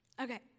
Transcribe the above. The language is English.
Okay